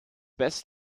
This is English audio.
best